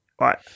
Right